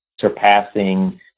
surpassing